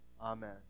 Amen